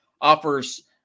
offers